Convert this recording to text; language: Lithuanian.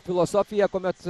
filosofija kuomet